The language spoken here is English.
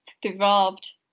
developed